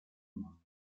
mondo